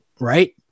right